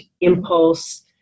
impulse